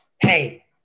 hey